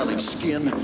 skin